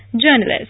journalist